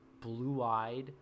blue-eyed